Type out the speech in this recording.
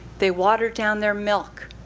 they water down their milk.